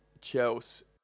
Chelsea